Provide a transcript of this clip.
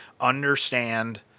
understand